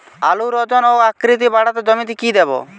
আলুর ওজন ও আকৃতি বাড়াতে জমিতে কি দেবো?